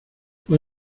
fue